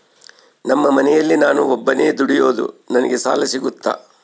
ನಮ್ಮ ಮನೆಯಲ್ಲಿ ನಾನು ಒಬ್ಬನೇ ದುಡಿಯೋದು ನನಗೆ ಸಾಲ ಸಿಗುತ್ತಾ?